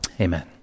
Amen